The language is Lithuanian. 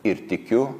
ir tikiu